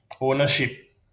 ownership